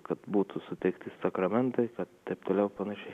kad būtų sutiekti sakramentai ir taip toliau panašiai